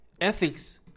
Ethics